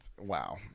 Wow